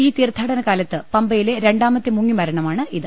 ഈ തീർത്ഥാടനകാ ലത്ത് പമ്പയിലെ രണ്ടാമത്തെ മുങ്ങി മരണമാണ് ഇത്